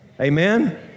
Amen